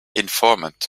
informant